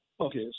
Okay